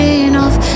enough